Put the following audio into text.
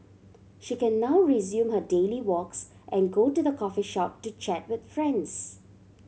she can now resume her daily walks and go to the coffee shop to chat with friends